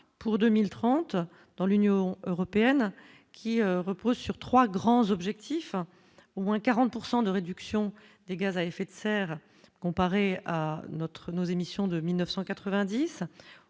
pour 2030 dans l'Union européenne, qui repose sur 3 grands objectifs : au moins 40 pourcent de réduction des gaz à effet de serre comparé à notre nos émissions de 1990